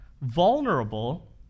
vulnerable